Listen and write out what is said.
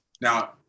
Now